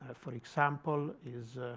ah for example, is